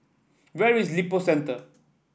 where is Lippo Centre